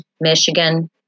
Michigan